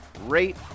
rate